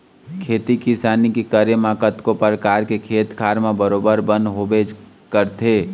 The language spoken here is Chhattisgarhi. खेती किसानी के करे म कतको परकार के खेत खार म बरोबर बन होबे करथे